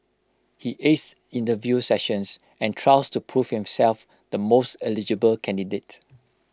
he aced interview sessions and trials to prove himself the most eligible candidate